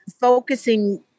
focusing